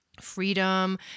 freedom